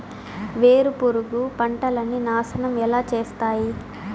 వేరుపురుగు పంటలని నాశనం ఎలా చేస్తాయి?